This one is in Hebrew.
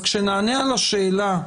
כשנענה על השאלה,